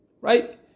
right